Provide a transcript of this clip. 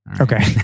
Okay